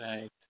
Right